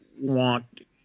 want